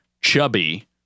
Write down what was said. Chubby